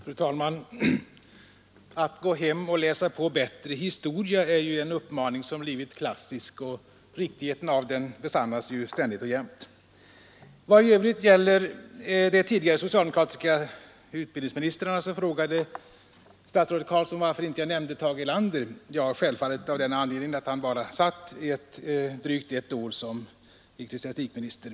Fru talman! Att gå hem och läsa på historia bättre är ju en uppmaning som blivit klassisk. Riktigheten av den besannas ständigt och jämt. När det gäller de tidigare socialdemokratiska utbildningsministrarna frågade statsrådet Carlsson varför jag inte nämnde Tage Erlander. Självfallet därför att han bara satt drygt ett år som ecklesiastikminister.